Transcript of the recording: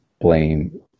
blame